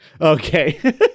Okay